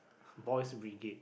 boys brigade